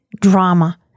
drama